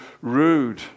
rude